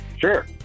Sure